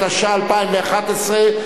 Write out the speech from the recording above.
התשע"א 2011,